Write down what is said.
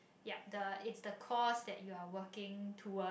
yup it's the cause that you are working towards